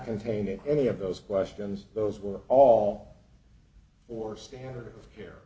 contained in any of those questions those were all or standard of care